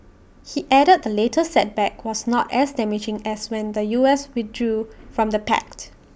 he added the latest setback was not as damaging as when the U S withdrew from the pact